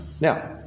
now